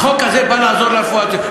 החוק הזה בא לעזור לרפואה הציבורית,